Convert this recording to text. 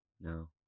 No